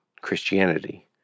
Christianity